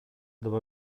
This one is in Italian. dopo